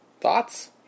thoughts